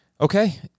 okay